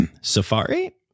safari